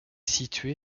située